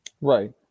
Right